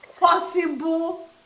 possible